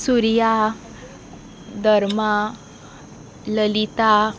Surya Dharma Lalita